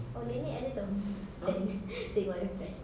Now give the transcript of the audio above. oh nenek ada itu standing fan